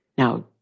Now